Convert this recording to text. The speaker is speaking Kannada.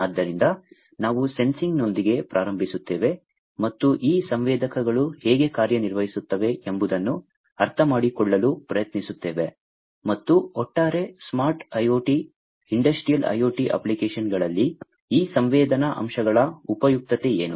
ಆದ್ದರಿಂದ ನಾವು ಸೆನ್ಸಿಂಗ್ನೊಂದಿಗೆ ಪ್ರಾರಂಭಿಸುತ್ತೇವೆ ಮತ್ತು ಈ ಸಂವೇದಕಗಳು ಹೇಗೆ ಕಾರ್ಯನಿರ್ವಹಿಸುತ್ತವೆ ಎಂಬುದನ್ನು ಅರ್ಥಮಾಡಿಕೊಳ್ಳಲು ಪ್ರಯತ್ನಿಸುತ್ತೇವೆ ಮತ್ತು ಒಟ್ಟಾರೆ ಸ್ಮಾರ್ಟ್ IoT ಇಂಡಸ್ಟ್ರಿಯಲ್ IoT ಅಪ್ಲಿಕೇಶನ್ಗಳಲ್ಲಿ ಈ ಸಂವೇದನಾ ಅಂಶಗಳ ಉಪಯುಕ್ತತೆ ಏನು